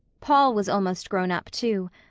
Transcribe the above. paul was almost grown up, too.